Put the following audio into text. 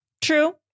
True